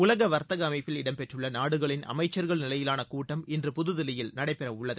உலக வர்த்தக அமைப்பில் இடம்பெற்றுள்ள நாடுகளின் அமைச்சர்கள் நிலையிலான கூட்டம் இன்று புதுதில்லியில் நடைபெறவுள்ளது